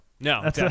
No